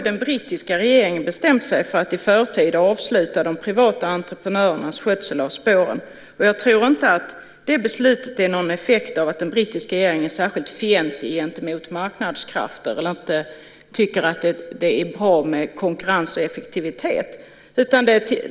Den brittiska regeringen har bestämt sig för att i förtid avsluta de privata entreprenörernas skötsel av spåren, och jag tror inte att det beslutet är en effekt av att den brittiska regeringen är särskilt fientlig gentemot marknadskrafter eller inte tycker att det är bra med konkurrens och effektivitet.